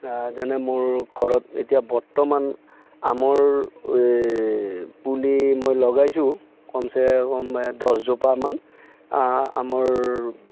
যেনে মোৰ ঘৰত এতিয়া বৰ্তমান আমৰ এই পুলি মই লগাইছোঁ কমচে কম দহ জোপামান আমৰ